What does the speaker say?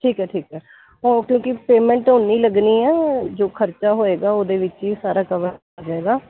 ਠੀਕ ਹੈ ਠੀਕ ਹੈ ਉਹ ਕਿਉਂਕਿ ਪੇਮੈਂਟ ਤਾਂ ਉੱਨੀ ਲੱਗਣੀ ਆ ਜੋ ਖਰਚਾ ਹੋਏਗਾ ਉਹਦੇ ਵਿੱਚ ਹੀ ਸਾਰਾ ਕਵਰ ਹੋ ਜਾਏਗਾ